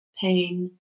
pain